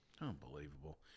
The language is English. Unbelievable